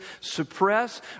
suppress